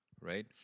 right